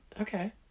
Okay